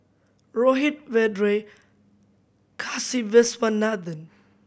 Rohit Vedre and Kasiviswanathan